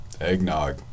eggnog